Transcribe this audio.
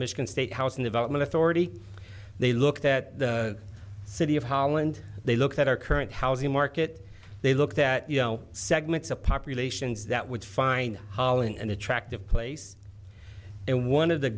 michigan state housing development authority they looked at the city of holland they looked at our current housing market they looked at you know segments of populations that would find holland an attractive place and one of the